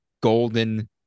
golden